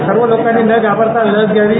सर्व लोकांनी न घाबरता लस घ्यावी